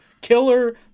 Killer